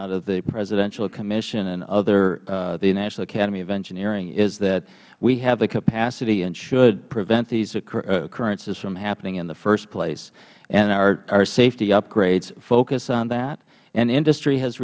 out of the presidential commission and other the national academy of engineering is that we have the capacity and should prevent these occurrences from happening in the first place and our safety upgrades focus on that and industry has